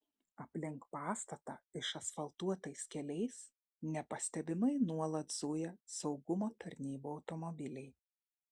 aplink pastatą išasfaltuotais keliais nepastebimai nuolat zuja saugumo tarnybų automobiliai